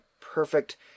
perfect